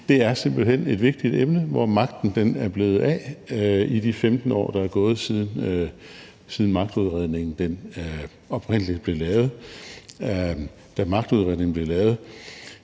det er simpelt hen et vigtigt emne, hvor magten er blevet af i de 15 år, der er gået, siden magtudredningen oprindelig